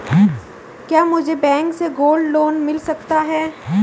क्या मुझे बैंक से गोल्ड लोंन मिल सकता है?